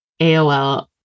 AOL